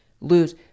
lose